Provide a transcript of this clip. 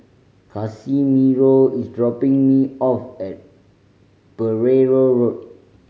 Casimiro is dropping me off at Pereira Road